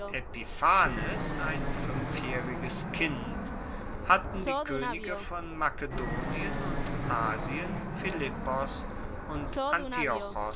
epiphanes ein fuenfjaehriges kind hatten die koenige von makedonien und asien philippos und